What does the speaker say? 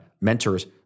mentors